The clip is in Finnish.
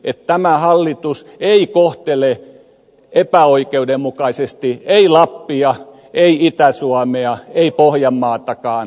tämä hallitus ei kohtele epäoikeudenmukaisesti ei lappia ei itä suomea ei pohjanmaatakaan